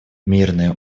мирное